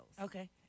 Okay